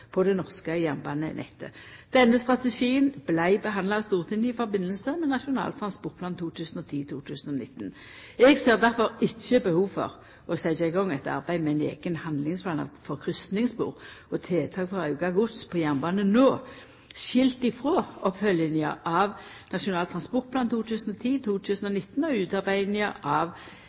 på det norske jernbanenettet. Denne strategien vart handsama av Stortinget i samband med Nasjonal transportplan 2010–2019. Eg ser difor ikkje behov for å setja i gang eit arbeid med ein eigen handlingsplan for kryssingsspor og tiltak for auka gods på jernbane no – skilt frå oppfølginga av NTP 2010–2019 og utarbeidinga av